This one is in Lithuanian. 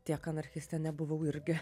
tiek anarchiste nebuvau irgi